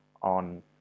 on